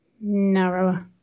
narrower